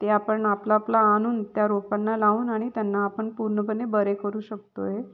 ते आपण आपला आपला आणून त्या रोपांना लावून आणि त्यांना आपण पूर्णपणे बरे करू शकतो आहे